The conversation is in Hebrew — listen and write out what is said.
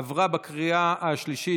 עברה בקריאה השלישית